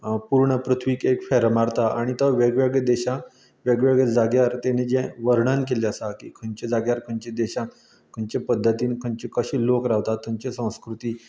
पुर्ण पृथ्वीक एक फेरो मारता आनी तो वेगवेगळे देशांत वेगवेगळे जाग्यार जें वर्णन केल्लें आसा की खंयच्या जाग्यार खंयचे देशांत खंयचे पद्दतीन खंयचे कशें लोक रावतात थंयचे संस्कृती